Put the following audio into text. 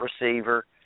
receiver